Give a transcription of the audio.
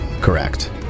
Correct